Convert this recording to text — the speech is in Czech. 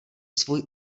svůj